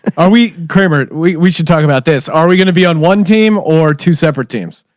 are we kramer? we we should talk about this. are we gonna be on one team or two separate teams?